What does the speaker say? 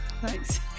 Thanks